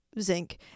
zinc